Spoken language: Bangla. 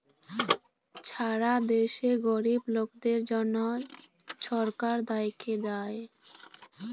ছারা দ্যাশে গরিব লকদের জ্যনহ ছরকার থ্যাইকে দ্যায়